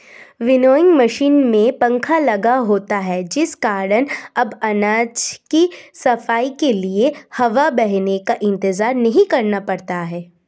winnowing machine में पंखा लगा होता है जिस कारण अब अनाज की सफाई के लिए हवा बहने का इंतजार नहीं करना पड़ता है